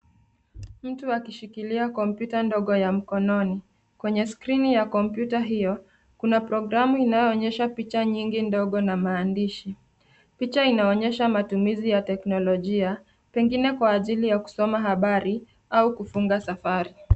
Mtu akishikilia kompyuta ndogo ya mkononi, kwenye skirini ya kompyuta hiyo kuna programu inayo onyesha picha nyingi ndogo na maandishi. Picha ina onyesha matumizi ya teknolojia pengine kwa ajili ya kusoma habari au kufunga safari.